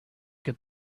get